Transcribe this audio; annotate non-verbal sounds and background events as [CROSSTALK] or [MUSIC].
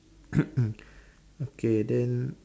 [COUGHS] okay then